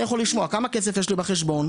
אני יכול לשמוע כמה כסף יש לי בחשבון.